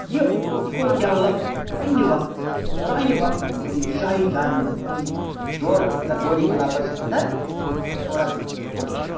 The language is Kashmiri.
یہِ تہِ کوٚر ڈٮ۪ولَپ پنٛنہِ وَقتہٕ پرٛانہِ وَقتہٕ کوٚر یہِ شاہی جہانَن پنٛنہِ دورٕ اَنٛدَر دورِ خلافَتَس اَنٛدَر تھوڑا دیُتنَس پوسچَر